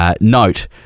Note